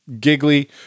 giggly